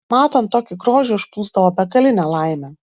matant tokį grožį užplūsdavo begalinė laimė